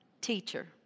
teacher